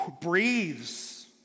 breathes